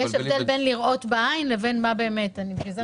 יש הבדל בין לראות בעין לבין מה שבאמת קורה.